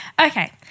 Okay